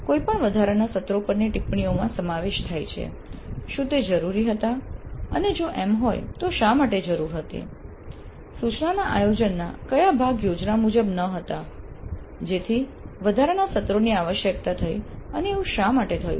કોઈપણ વધારાના સત્રો પરની ટિપ્પણીઓમાં સમાવેશ થાય છે શું તે જરૂરી હતા અને જો એમ હોય તો શા માટે જરૂર હતી સૂચનાના આયોજનના કયા ભાગ યોજના મુજબ ન હતા જેથી વધારાના સત્રોની આવશ્યકતા થઈ અને એવું શા માટે થયું